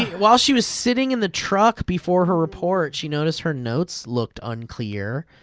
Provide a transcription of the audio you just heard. while she was sitting in the truck before her report she noticed her notes looked unclear,